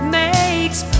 makes